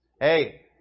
Hey